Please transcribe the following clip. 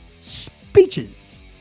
speeches